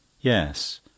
Yes